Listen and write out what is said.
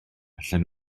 allan